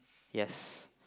yes